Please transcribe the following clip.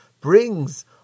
brings